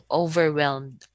overwhelmed